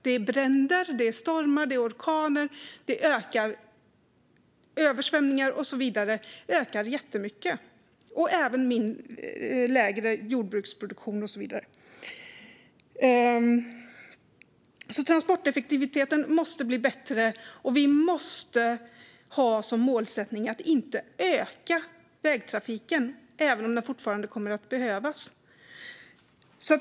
Det är bränder, stormar, orkaner, översvämningar och så vidare. Det blir även mindre mängd jordbruksproduktion och så vidare. Transporteffektiviteten måste bli bättre, och vi måste ha som mål att inte öka vägtrafiken - även om den fortfarande kommer att behövas.